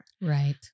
Right